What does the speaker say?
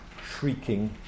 shrieking